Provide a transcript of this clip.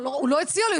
הוא לא הציע לי.